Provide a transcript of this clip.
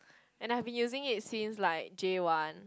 and I have been using it since like J one